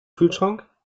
kühlschrank